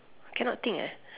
cannot think eh